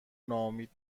ناامید